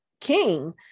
king